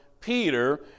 Peter